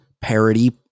parody